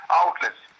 outlets